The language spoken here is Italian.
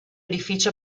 edifici